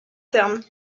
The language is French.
terme